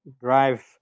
drive